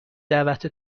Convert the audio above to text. دعوت